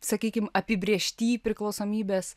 sakykim apibrėžty priklausomybės